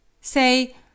Say